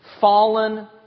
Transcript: fallen